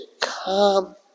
come